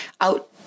out